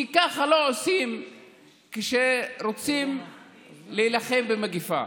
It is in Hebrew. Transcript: כי ככה לא עושים כשרוצים להילחם במגפה.